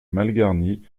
malgarnie